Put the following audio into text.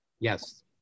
Yes